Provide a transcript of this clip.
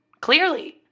Clearly